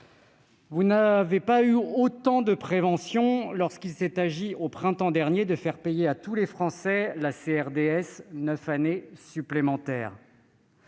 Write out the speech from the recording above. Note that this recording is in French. Vous n'avez pas eu autant de préventions lorsqu'il s'est agi, au printemps dernier, de faire payer la CRDS à tous les Français pour neuf années supplémentaires.